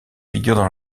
figurent